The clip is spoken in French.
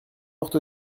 morte